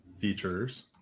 features